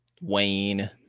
wayne